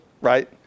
right